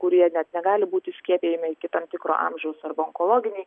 kurie net negali būti skiepijami iki tam tikro amžiaus arba onkologiniai